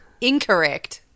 Incorrect